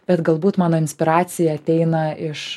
bet galbūt mano inspiracija ateina iš